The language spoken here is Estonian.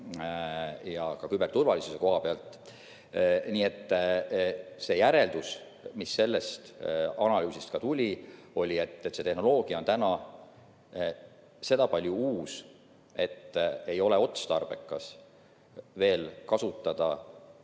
ja ka küberturvalisuse koha pealt. Nii et järeldus, mis sellest analüüsist tuli, oli see, et see tehnoloogia on sedapalju uus, et ei ole veel otstarbekas kasutada